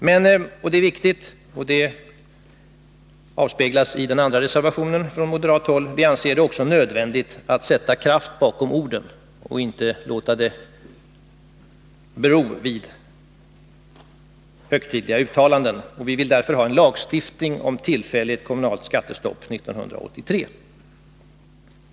Men — detta är viktigt och avspeglas i den andra reservationen från moderat håll — vi anser det också nödvändigt att sätta kraft bakom orden och inte låta det bero vid högtidliga uttalanden. Vi vill därför ha en lagstiftning om tillfälligt kommunalt skattestopp 1983.